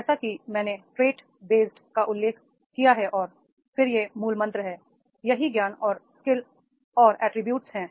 जैसा कि मैंने ट्रेट बेस्ड का उल्लेख किया है और फिर ये मूलमंत्र हैं यही ज्ञान और स्किल और अटरीब्यूट्स हैं